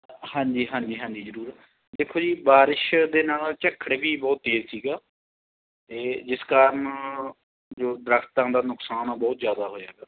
ਹਾਂਜੀ ਹਾਂਜੀ ਹਾਂਜੀ ਜ਼ਰੂਰ ਦੇਖੋ ਜੀ ਬਾਰਿਸ਼ ਦੇ ਨਾਲ ਝੱਖੜ ਵੀ ਬਹੁਤ ਤੇਜ਼ ਸੀਗਾ ਅਤੇ ਜਿਸ ਕਾਰਨ ਜੋ ਦਰਖਤਾਂ ਦਾ ਨੁਕਸਾਨ ਆ ਬਹੁਤ ਜ਼ਿਆਦਾ ਹੋਇਆ ਗਾ